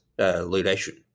relation